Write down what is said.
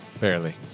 Barely